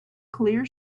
clear